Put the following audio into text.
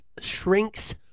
shrinks